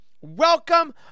welcome